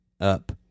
up